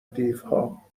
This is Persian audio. دیوها